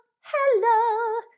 hello